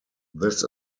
this